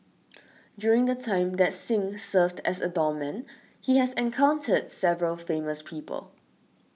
during the time that Singh served as a doorman he has encountered several famous people